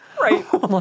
right